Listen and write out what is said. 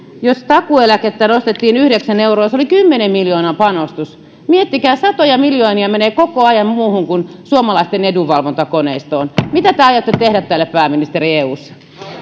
jos takuueläkettä nostettiin yhdeksän euroa se oli kymmenen miljoonan panostus miettikää satoja miljoonia menee koko ajan muuhun kuin suomalaisten edunvalvontakoneistoon mitä te aiotte tehdä tälle pääministeri eussa